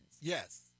Yes